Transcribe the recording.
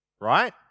right